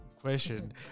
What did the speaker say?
question